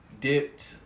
dipped